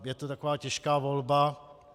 Je to taková těžká volba.